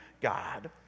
God